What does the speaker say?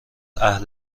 اهل